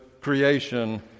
creation